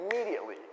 immediately